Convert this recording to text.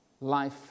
life